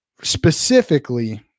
specifically